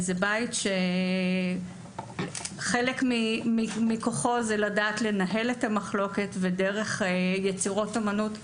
זה בית שחלק מכוחו זה לדעת לנהל את המחלוקת ודרך יצירות אומנות,